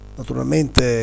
naturalmente